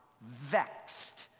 vexed